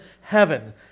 heaven